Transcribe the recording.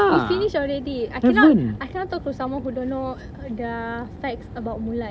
we finish already I cannot I cannot talk to someone who don't know err the facts about mulan